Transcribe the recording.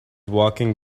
walking